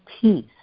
peace